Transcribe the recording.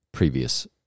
previous